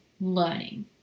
learning